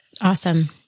Awesome